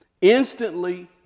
instantly